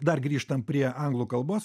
dar grįžtant prie anglų kalbos